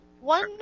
One